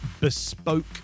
bespoke